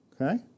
okay